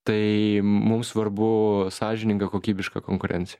tai mums svarbu sąžininga kokybiška konkurencija